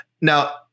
Now